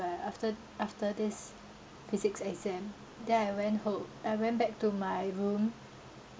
after after this physics exam then I went ho~ I went back to my room